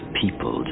people